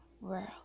world